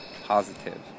positive